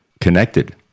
connected